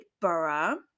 borough